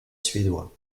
suédois